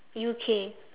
U_K